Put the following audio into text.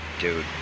dude